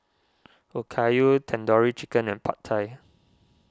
Okayu Tandoori Chicken and Pad Thai